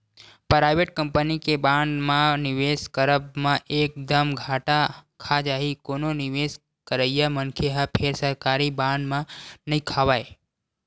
private company के bond म निवेस करब म एक दम घाटा खा जाही कोनो निवेस करइया मनखे ह फेर सरकारी बांड म नइ खावय